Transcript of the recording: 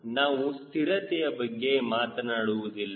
ನಾವು ಸ್ಥಿರತೆಯ ಬಗ್ಗೆ ಮಾತನಾಡುವುದಿಲ್ಲ